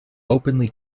openly